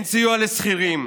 אין סיוע לשכירים,